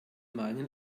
meinen